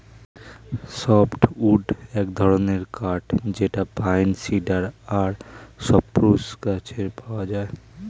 soft wood এক ধরনের কাঠ যেটা পাইন, সিডার আর সপ্রুস গাছে পাওয়া যায়